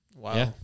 Wow